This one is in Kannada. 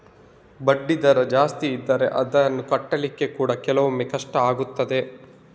ಬಡ್ಡಿ ದರ ಜಾಸ್ತಿ ಇದ್ರೆ ಅದ್ನ ಕಟ್ಲಿಕ್ಕೆ ಕೂಡಾ ಕೆಲವೊಮ್ಮೆ ಕಷ್ಟ ಆಗ್ತದೆ